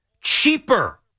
cheaper